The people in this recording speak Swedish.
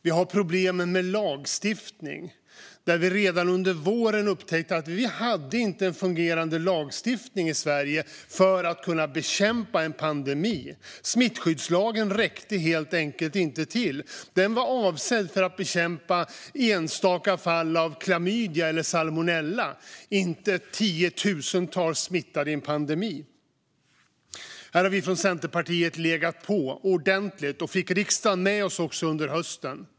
Vi har problem med lagstiftning. Redan under våren upptäckte vi att vi inte hade en fungerande lagstiftning i Sverige för att kunna bekämpa en pandemi. Smittskyddslagen räckte helt enkelt inte till. Den var avsedd att bekämpa enstaka fall av klamydia eller salmonella, inte tiotusentals smittade i en pandemi. Här har vi från Centerpartiet legat på ordentligt, och vi fick riksdagen med oss under hösten.